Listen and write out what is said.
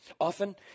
Often